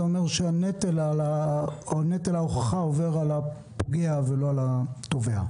זה אומר שנטל ההוכחה עובר על הפוגע ולא על התובע.